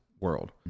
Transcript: world